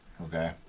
okay